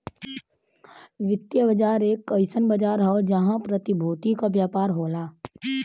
वित्तीय बाजार एक अइसन बाजार हौ जहां प्रतिभूति क व्यापार होला